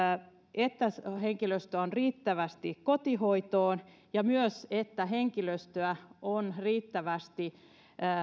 että henkilöstöä on riittävästi kotihoitoon ja että henkilöstöä riittävästi